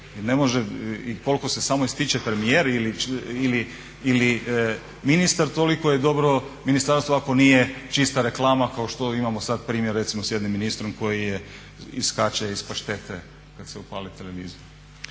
ne može, i koliko se samo ističe premijer ili ministar toliko je dobro Ministarstvo ako nije čista reklama kao što imamo sada primjer recimo s jednim ministrom koji je, iskače iz paštete kada se upali televizor.